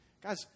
Guys